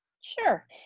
Sure